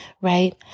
Right